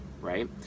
right